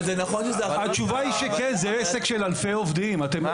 זה עסק של אלפי עובדים.